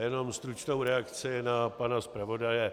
Jenom stručnou reakci na pana zpravodaje.